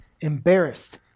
embarrassed